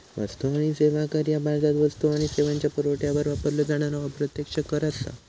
वस्तू आणि सेवा कर ह्या भारतात वस्तू आणि सेवांच्यो पुरवठ्यावर वापरलो जाणारो अप्रत्यक्ष कर असा